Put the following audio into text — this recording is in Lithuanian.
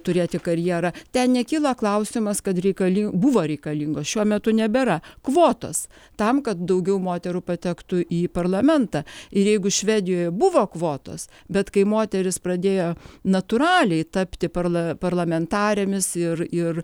turėti karjerą ten nekyla klausimas kad reikali buvo reikalingos šiuo metu nebėra kvotos tam kad daugiau moterų patektų į parlamentą ir jeigu švedijoje buvo kvotos bet kai moterys pradėjo natūraliai tapti parla parlamentarėmis ir ir